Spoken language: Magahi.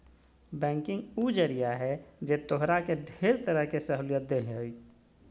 बैंकिंग उ जरिया है जे तोहरा के ढेर तरह के सहूलियत देह हइ